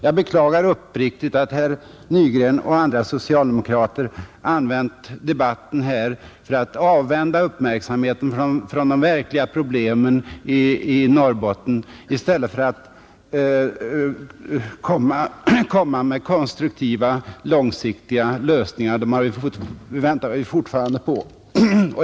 Jag beklagar uppriktigt att herr Nygren och andra socialdemokrater använt debatten för att avvända uppmärksamheten från de verkliga problemen i Norrbotten i stället för att komma med konstruktiva långsiktiga lösningar. Dem väntar vi fortfarande på.